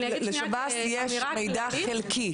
לשב"ס יש מידע חלקי.